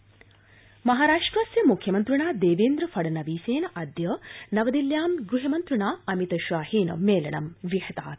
देवेन्द्र फडणवीस महाराष्ट्रस्य मुख्यमन्त्रिणा देवेन्द्र फडणवीसेन अद्य नवदिल्ल्यां गृहमन्त्रिणा अमितशाहेन मेलनं विहितम्